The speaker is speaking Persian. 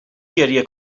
گریه